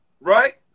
right